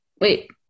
Wait